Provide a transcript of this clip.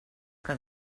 que